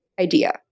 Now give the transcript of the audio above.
idea